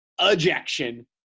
ejection